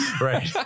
Right